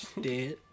Dead